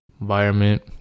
environment